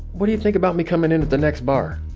what do you think about me coming in at the next bar?